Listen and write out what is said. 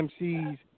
MCs